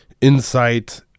insight